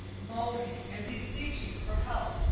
moaning and beseeching for help.